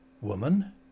Woman